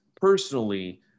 personally